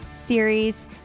series